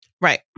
Right